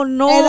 no